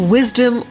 Wisdom